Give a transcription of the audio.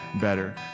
better